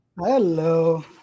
Hello